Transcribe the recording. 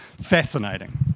Fascinating